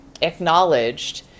acknowledged